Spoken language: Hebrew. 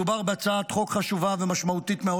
מדובר בהצעת חוק חשובה ומשמעותית מאוד